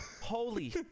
Holy